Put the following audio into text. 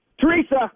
Teresa